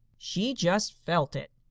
she just felt it!